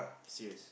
serious